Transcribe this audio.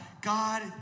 God